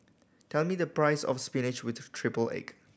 tell me the price of spinach with triple egg